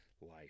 life